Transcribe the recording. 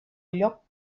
lloc